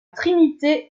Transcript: trinité